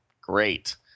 Great